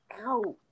out